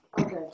Okay